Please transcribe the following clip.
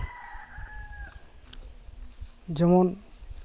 ᱡᱮᱢᱚᱱ